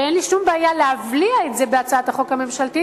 ואין לי שום בעיה להבליע את זה בהצעת החוק הממשלתית,